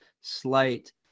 slight